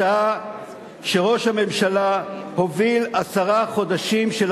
בשעה שראש הממשלה הוביל עשרה חודשים של